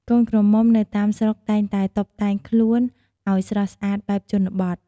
កូនក្រមុំនៅតាមស្រុកតែងតែតុបតែងខ្លួនអោយស្រស់ស្អាតបែបជនបទ។